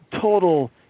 total